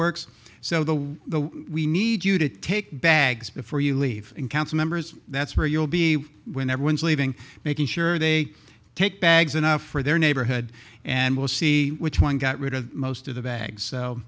works so the we need you to take bags before you leave and council members that's where you'll be when everyone's leaving making sure they take bags enough for their neighborhood and we'll see which one got rid of most of the bags